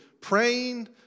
praying